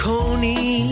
Coney